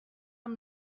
amb